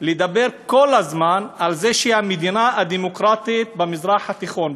לדבר כל הזמן על זה שהיא המדינה הדמוקרטית במזרח התיכון.